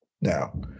Now